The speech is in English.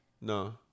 No